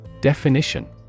Definition